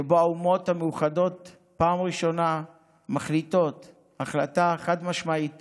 שבו האומות המאוחדות בפעם הראשונה החליטו החלטה חד-משמעית